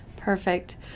Perfect